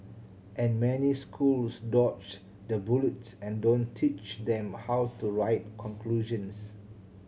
and many schools dodge the bullet and don't teach them how to write conclusions